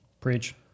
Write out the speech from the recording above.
Preach